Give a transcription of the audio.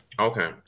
Okay